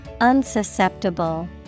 Unsusceptible